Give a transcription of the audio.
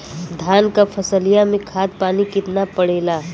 धान क फसलिया मे खाद पानी कितना पड़े ला?